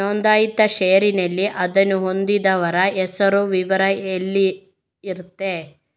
ನೋಂದಾಯಿತ ಷೇರಿನಲ್ಲಿ ಅದನ್ನು ಹೊಂದಿದವರ ಹೆಸರು, ವಿವರ ಎಲ್ಲ ಇರ್ತದೆ